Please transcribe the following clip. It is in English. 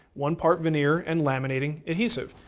one part veneer and laminating adhesive.